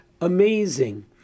Amazing